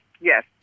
yes